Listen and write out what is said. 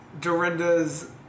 Dorinda's